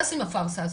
חלאס עם הפארסה הזאת.